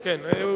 כן.